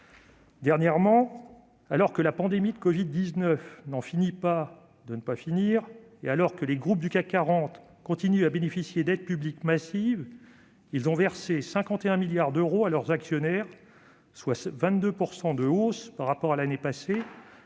Dernièrement, alors que la pandémie de covid-19 n'en finit pas de ne pas finir, et alors que les groupes du CAC 40 continuent de bénéficier d'aides publiques massives, ces derniers ont versé 51 milliards d'euros à leurs actionnaires, soit 22 % de hausse par rapport à l'année passée.